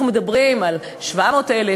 אנחנו מדברים על 700,000,